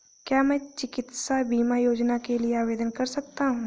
क्या मैं चिकित्सा बीमा योजना के लिए आवेदन कर सकता हूँ?